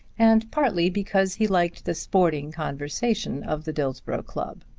and partly because he liked the sporting conversation of the dillsborough club.